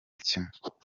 kimwe